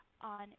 on